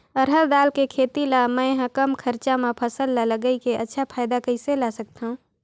रहर दाल के खेती ला मै ह कम खरचा मा फसल ला लगई के अच्छा फायदा कइसे ला सकथव?